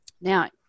Now